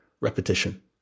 Repetition